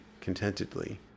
contentedly